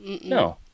no